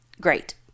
Great